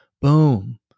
Boom